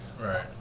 Right